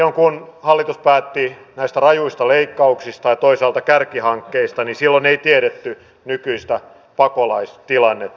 silloin kun hallitus päätti näistä rajuista leikkauksista ja toisaalta kärkihankkeista ei tiedetty nykyistä pakolaistilannetta